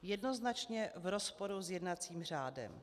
Jednoznačně v rozporu s jednacím řádem.